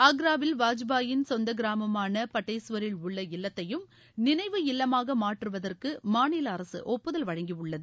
ஆக்ராவில் வாஜ்பாயின் சொநத் கிராமமான பட்டேஸ்வரில் உள்ள இல்லத்தையும் நினைவு இல்லமாக மாற்றுவதற்கு மாநில அரசு ஒப்புதல் வழங்கியுள்ளது